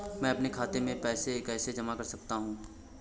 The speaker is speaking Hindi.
मैं अपने खाते में पैसे कैसे जमा कर सकता हूँ?